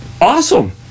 awesome